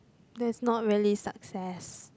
that's not really success